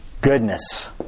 Goodness